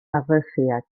harresiak